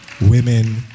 Women